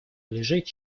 лежит